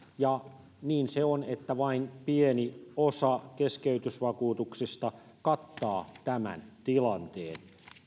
ja niin se on että vain pieni osa keskeytysvakuutuksista kattaa tämän tilanteen